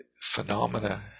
phenomena